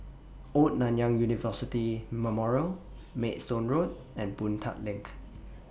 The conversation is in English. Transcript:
Old Nanyang University Memorial Maidstone Road and Boon Tat LINK